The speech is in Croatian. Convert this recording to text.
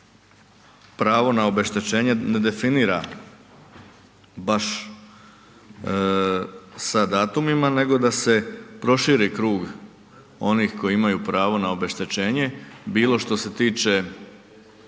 pravo na obeštećenje ne definira baš sa datumima nego da se proširi krug onih koji imaju pravo na obeštećenje, bilo što se tiče